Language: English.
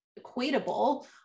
equatable